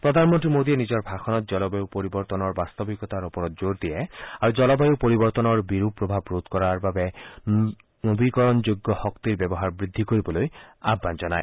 প্ৰধান মন্ত্ৰী মোডীয়ে নিজৰ ভাষণত জলবায়ু পৰিৱৰ্তনৰ বাস্তৱিকতাৰ ওপৰত জোৰ দিয়ে আৰু জলবায়ু পৰিৱৰ্তনৰ বিৰূপ প্ৰভাৱ ৰোধ কৰাৰ উদ্দেশ্যে নবীকৰণযোগ্য শক্তিৰ ব্যৱহাৰ বৃদ্ধি কৰিবলৈ আহান জনায়